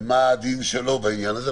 מה הדין שלו בעניין הזה.